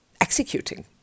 executing